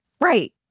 Right